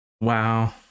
Wow